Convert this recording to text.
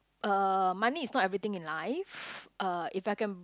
uh money is not everything in life uh if I can